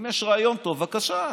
אם יש רעיון טוב, בבקשה.